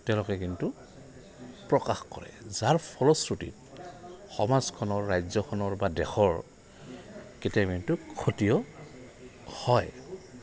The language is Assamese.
তেওঁলোকে কিন্তু প্ৰকাশ কৰে যাৰ ফলশ্ৰুতিত সমাজখনৰ ৰাজ্যখনৰ বা দেশৰ কেতিয়াবা কিন্তু ক্ষতিও হয়